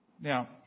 Now